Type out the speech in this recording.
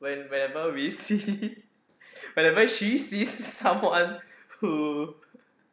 when whenever we see whenever she sees someone who